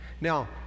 Now